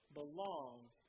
belongs